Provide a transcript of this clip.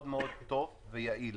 מאוד מאוד טוב ויעיל.